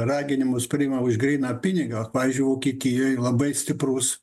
raginimus priima už gryną pinigą vat pavyzdžiui vokietijoj labai stiprus